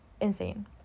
insane